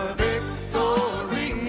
victory